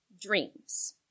dreams